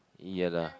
ya lah